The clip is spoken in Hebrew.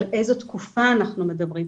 על איזו תקופה אנחנו מדברים,